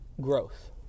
growth